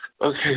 Okay